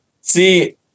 See